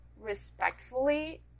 respectfully